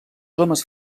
homes